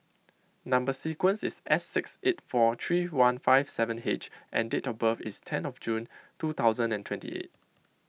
Number Sequence is S six eight four three one five seven H and date of birth is ten of June two thousand and twenty eight